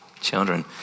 Children